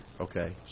Okay